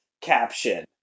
caption